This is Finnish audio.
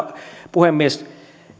puhemies